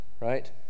right